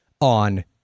on